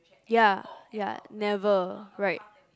ya ya never right